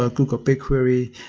ah google bigquery.